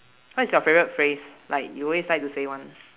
what is your favorite phrase like you always like to say [one]